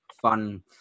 fun